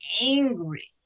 angry